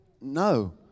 No